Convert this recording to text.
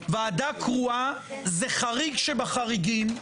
ועדה קרואה זה חריג שבחריגים,